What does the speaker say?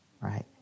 right